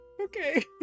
okay